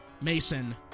Mason